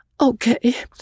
Okay